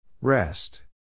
Rest